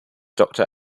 doctor